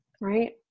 Right